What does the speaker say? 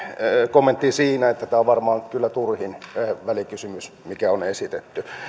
kommenttiin siinä että tämä on varmaan kyllä turhin välikysymys mikä on esitetty